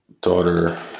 daughter